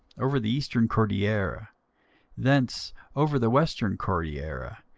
over the eastern cordillera thence over the western cordillera,